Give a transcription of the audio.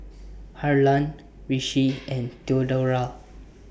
Harlan Richie and Theodora